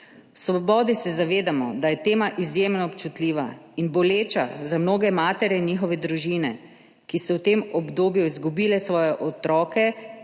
V Svobodi se zavedamo, da je tema izjemno občutljiva in boleča za mnoge matere in njihove družine, ki so v tem obdobju izgubile svoje otroke,